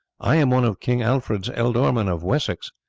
i am one of king alfred's ealdormen of wessex,